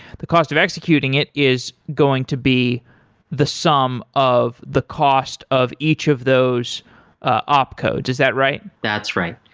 the cost of executing it is going to be the sum of the cost of each of those opcodes. is that right? that's right.